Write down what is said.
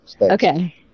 Okay